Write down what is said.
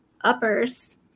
uppers